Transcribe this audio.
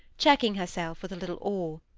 checking herself with a little awe.